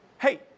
Hey